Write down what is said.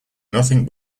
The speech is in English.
nothing